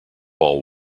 all